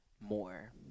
more